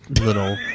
little